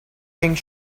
think